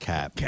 Cap